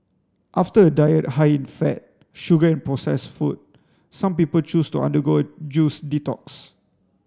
after a diet high in fat sugar and processed food some people choose to undergo a juice detox